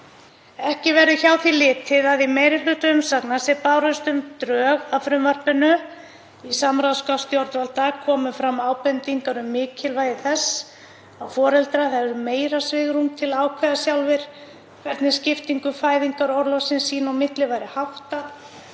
Ekki verður hjá því litið að í meiri hluta umsagna sem bárust um drög að frumvarpinu í samráðsgátt stjórnvalda komu fram ábendingar um mikilvægi þess að foreldrar hefðu meira svigrúm til að ákveða sjálfir hvernig skiptingu fæðingarorlofsins sín á milli væri háttað.